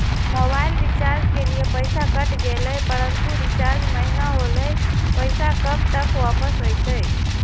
Mobile recharge के लिए पैसा कट गेलैय परंतु रिचार्ज महिना होलैय, पैसा कब तक वापस आयते?